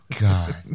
God